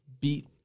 beat